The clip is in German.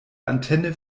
antenne